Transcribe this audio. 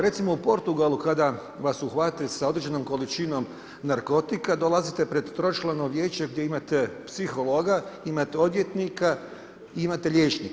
Recimo, u Portugalu, kada vas uhvate sa određenom količinom narkotika, dolazite pred tročlano vijeće gdje imate psihologa, imate odvjetnika i imate liječnika.